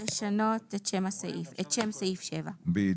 לשנות את שם סעיף 7, זה רעיון טוב.